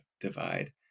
divide